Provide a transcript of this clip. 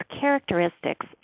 characteristics